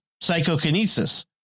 psychokinesis